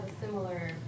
similar